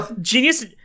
Genius